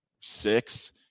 six